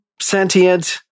sentient